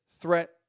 threat